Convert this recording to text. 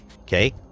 Okay